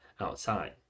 outside